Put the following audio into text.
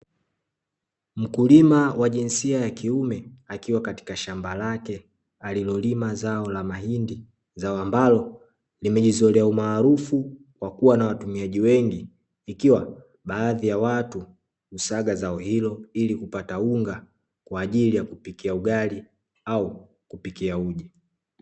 Mkulima wa jinsia ya kiume akiwa katika shamba lake alilolima zao mahindi. Zao ambalo limejizolea umaruufu kwa kuwa na watumiaji wengi likiwa baadhi ya watu husaga zao ilo ili kupata unga kwa ajili kupikia ugali au uji.